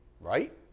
Right